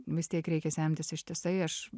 vis tiek reikia semtis ištisai aš